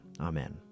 Amen